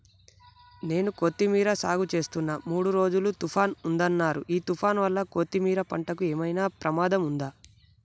నేను కొత్తిమీర సాగుచేస్తున్న మూడు రోజులు తుఫాన్ ఉందన్నరు ఈ తుఫాన్ వల్ల కొత్తిమీర పంటకు ఏమైనా ప్రమాదం ఉందా?